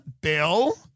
Bill